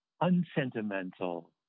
unsentimental